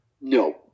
No